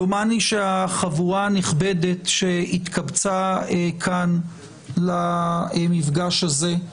דומני שהחבורה הנכבדה שהתקבצה כאן, למפגש הזה,